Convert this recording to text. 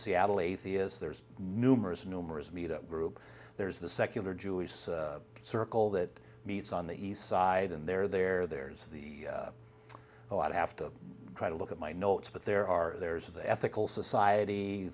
seattle atheist there's numerous numerous meet up group there's the secular jewish circle that meets on the east side and they're there there's a lot have to try to look at my notes but there are there's the ethical society